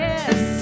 Yes